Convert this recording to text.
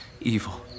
evil